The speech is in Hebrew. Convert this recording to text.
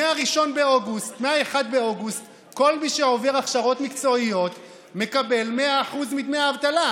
מ-1 באוגוסט כל מי שעובר הכשרות מקצועיות מקבל 100% דמי האבטלה.